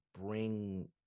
bring